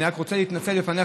אני רק רוצה להתנצל לפניך,